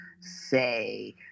say